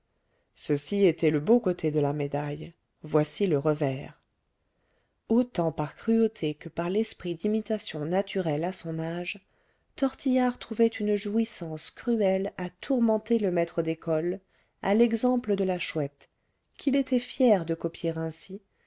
ceci était le beau côté de la médaille voici le revers autant par cruauté que par l'esprit d'imitation naturel à son âge tortillard trouvait une jouissance cruelle à tourmenter le maître d'école à l'exemple de la chouette qu'il était fier de copier ainsi